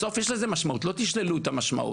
בסוף יש לזה משמעות, לא תשללו את המשמעות.